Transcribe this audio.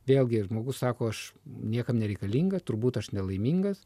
vėlgi žmogus sako aš niekam nereikalinga turbūt aš nelaimingas